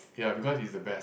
ya because she's the best